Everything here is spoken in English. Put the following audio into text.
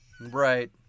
Right